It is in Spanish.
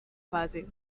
fase